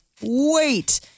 wait